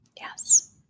Yes